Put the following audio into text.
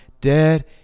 dead